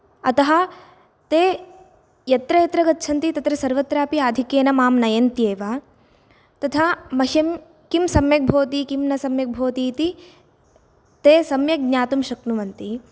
अतः ते यत्र यत्र गच्छन्ति तत्र सर्वत्रापि आधिक्येन माम् नयन्त्येव तथा मह्यं किं सम्यक् भवति किं सम्यक् न भवति इति ते सम्यक् ज्ञातुं शक्नुवन्ति